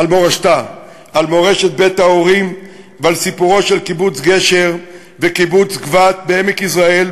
על מורשת בית ההורים ועל סיפורם של קיבוץ גשר וקיבוץ גבת בעמק יזרעאל,